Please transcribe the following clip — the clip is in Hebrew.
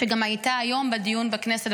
שגם הייתה היום בדיון בכנסת,